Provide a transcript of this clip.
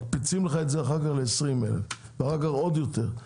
מקפיצים לך את זה אחר-כך ל-20,000 ואחר-כך עוד יותר.